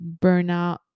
burnout